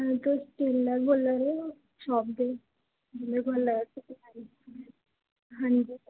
तुस टेलर बोला दे ओ शाप दे जिंदे कोल मै आई दी ही